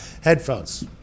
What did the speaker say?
headphones